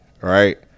Right